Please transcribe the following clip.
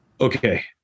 okay